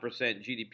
GDP